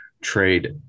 trade